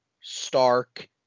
Stark